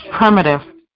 primitive